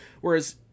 Whereas